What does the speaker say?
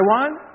Taiwan